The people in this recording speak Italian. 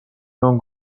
non